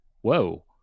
whoa